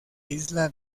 isla